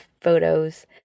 photos